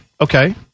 Okay